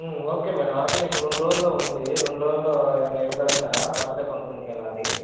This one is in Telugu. ఓకే మేడం అది ఇంకొక రెండు రోజుల్లో ఉంది రెండు రోజుల్లో ఏమైనా ఇవ్వగల్గుతారా బర్త్డే ఫంక్షన్కి వెళ్ళాలి